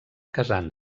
casant